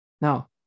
Now